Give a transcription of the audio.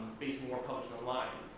facing more publishing online,